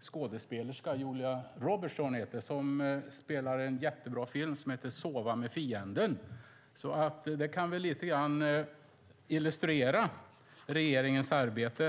skådespelerska - Julia Roberts, tror jag att hon heter - som spelar i en jättebra film som heter Sova med fienden . Det kan väl lite grann illustrera regeringens arbete.